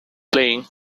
playing